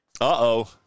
Uh-oh